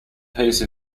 piece